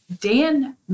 Dan